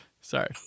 Sorry